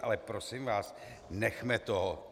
Ale prosím vás, nechme toho.